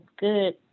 good